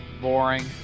Boring